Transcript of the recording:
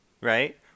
right